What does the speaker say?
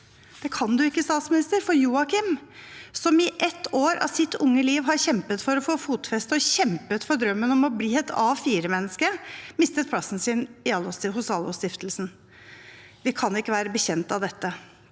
det kan du ikke, statsminister. For Joakim, som i et år av sitt unge liv har kjempet for å få fotfeste og kjempet for drømmen om å bli et A4-menneske, mistet plassen sin hos Allos Stiftelsen. Vi kan ikke være bekjent av dette.